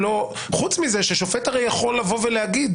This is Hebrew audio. חוץ מזה ששופט הרי יכול לבוא ולומר,